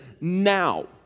Now